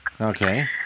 Okay